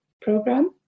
program